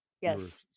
Yes